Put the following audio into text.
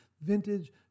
vintage